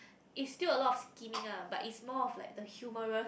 is still a lot of scheming lah but is more of like the humorous